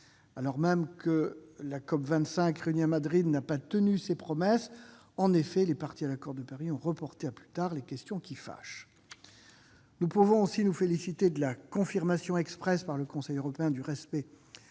alors même que la COP25 réunie à Madrid n'a pas tenu ses promesses. En effet, les parties à l'accord de Paris ont reporté à plus tard le traitement des questions qui fâchent. Nous pouvons aussi nous féliciter de la confirmation expresse par le Conseil européen du respect